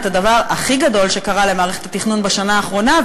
את הדבר הכי גדול שקרה למערכת התכנון בשנה האחרונה,